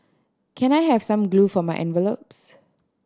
can I have some glue for my envelopes